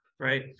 right